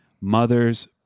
Mother's